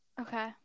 Okay